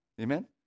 Amen